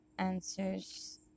answers